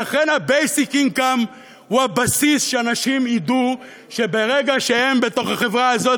לכן ה-basic income הוא הבסיס שאנשים ידעו שברגע שהם בתוך החברה הזאת,